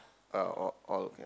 uh all all okay